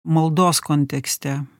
maldos kontekste